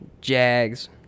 Jags